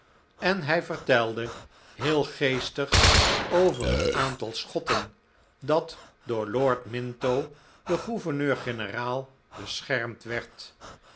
en hij vertelde heel geestig over het aantal schotten dat door lord minto den gouverneur-generaal beschermd werd